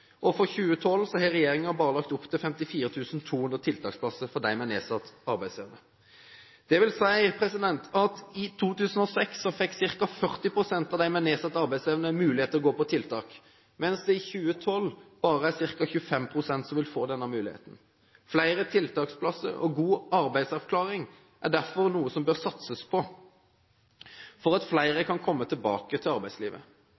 tiltak, for 2012 har regjeringen bare lagt opp til 54 200 tiltaksplasser for dem med nedsatt arbeidsevne. Det vil si at i 2006 fikk ca. 40 pst. av dem med nedsatt arbeidsevne mulighet til å gå på tiltak, mens det i 2012 bare er ca. 25 pst. som vil få denne muligheten. Flere tiltaksplasser og god arbeidsavklaring er derfor noe som bør satses på for at flere kan komme tilbake til arbeidslivet.